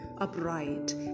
upright